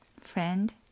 friend